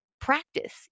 practice